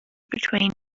between